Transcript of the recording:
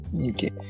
Okay